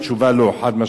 התשובה היא לא, חד-משמעית.